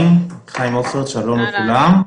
שלום לכולם.